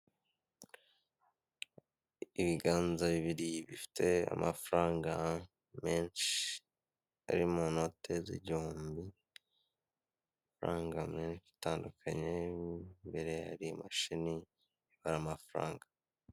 Ibiganza bibiri bifite amafaranga menshi ari mu note z'igihumbi, faranga menshi atandukanye, imbere hari imashini ibara amafaranga.